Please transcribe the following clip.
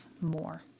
more